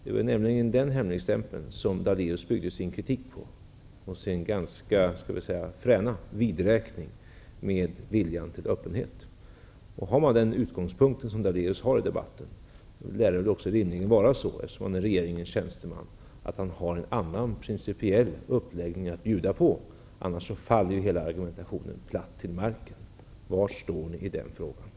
Det var nämligen på denna hemligstämpel som Lennart Daléus byggde sin kritik och sin ganska fräna vidräkning med viljan till öppenhet. Om Lennart Daléus har en utgångspunkt i debatten -- vilket han rimligen har, eftersom han är regeringens tjänsteman -- borde han ha en annan principiell uppläggning att bjuda på. Annars faller ju hela argumentationen platt till marken. Var står ni i den frågan?